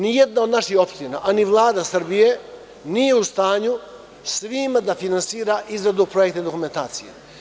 Nijedna od naših opština, a ni Vlada Srbije nije u stanju svima da finansira izradu projektne dokumentacije.